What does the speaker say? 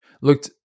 looked